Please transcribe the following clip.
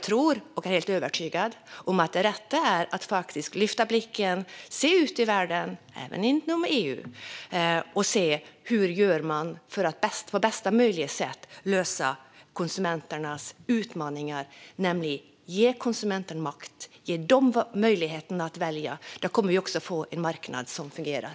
Men jag är helt övertygad om att det rätta är att lyfta blicken och se ut i världen, även i EU, hur man gör för att på bästa möjliga sätt lösa konsumenternas utmaningar och ge konsumenterna makten och möjligheten att välja. Då kommer vi också att få en marknad som fungerar.